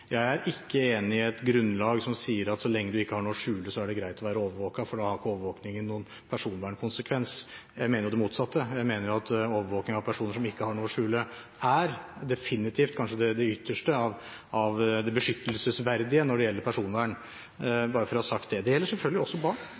Jeg er ikke enig i et grunnlag som sier at så lenge du ikke har noe å skjule, er det greit å være overvåket, fordi da har ikke overvåkningen noen personvernkonsekvens. Jeg mener det motsatte. Når det gjelder overvåkning, mener jeg at personer som ikke har noe å skjule, definitivt kanskje er det ytterste av det beskyttelsesverdige med hensyn til personvern – bare for å ha sagt det. Dette gjelder selvfølgelig også barn,